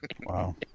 Wow